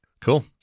Cool